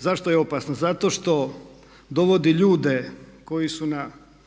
zašto je opasna? Zato što dovodi ljude koji su na